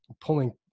pulling